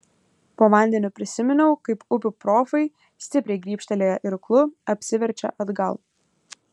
po vandeniu prisiminiau kaip upių profai stipriai grybštelėję irklu apsiverčia atgal